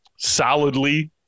solidly